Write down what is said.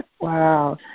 Wow